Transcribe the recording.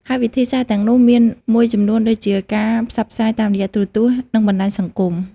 ហើយវិធីសាស្ត្រទាំងនោះមានមួយចំនួនដូចជា ការផ្សព្វផ្សាយតាមរយៈទូរទស្សន៍និងបណ្ដាញសង្គម។